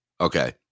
okay